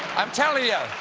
i'm telling ya!